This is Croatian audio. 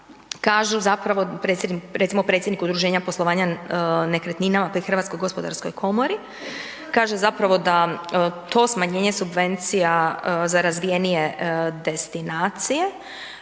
kažu zapravo recimo predsjednik udruženja poslovanja nekretninama pri Hrvatskoj gospodarskoj komori. Kaže zapravo da to smanjenje subvencija za razvijenije destinacije